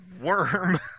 worm